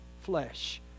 flesh